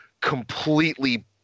completely